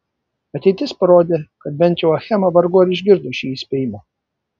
ateitis parodė kad bent jau achema vargu ar išgirdo šį įspėjimą